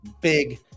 big